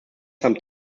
some